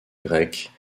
grecque